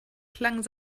klang